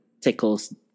tickles